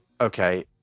okay